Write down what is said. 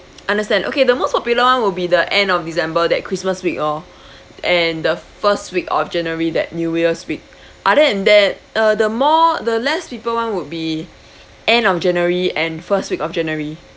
understand okay the most popular one would be the end of december that christmas week lor and the first week of january that new year's week other than that uh the more the less people one would be end of january and first week of january